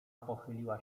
pochyliła